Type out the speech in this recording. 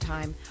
Time